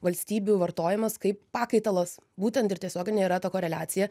valstybių vartojamas kaip pakaitalas būtent ir tiesioginė yra ta koreliacija